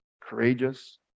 courageous